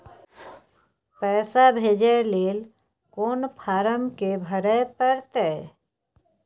पैसा भेजय लेल कोन फारम के भरय परतै?